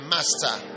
Master